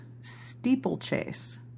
steeplechase